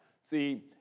See